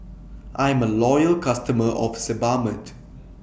I'm A Loyal customer of Sebamed